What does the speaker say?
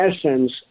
essence